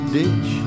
ditch